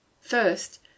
First